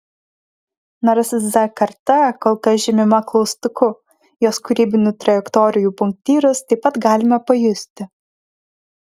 nors z karta kol kas žymima klaustuku jos kūrybinių trajektorijų punktyrus taip pat galime pajusti